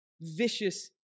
vicious